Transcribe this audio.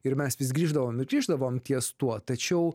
ir mes vis grįždavom ir grįždavom ties tuo tačiau